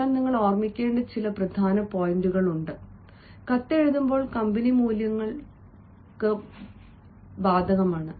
അതിനാൽ നിങ്ങൾ ഓർമ്മിക്കേണ്ട ചില പ്രധാന പോയിന്റുകൾ ഉണ്ടായിരുന്നു കത്ത് എഴുതുമ്പോൾ കമ്പനി മൂല്യങ്ങൾക്ക് ബാധകമാണ്